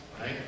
Right